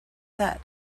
said